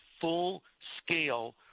full-scale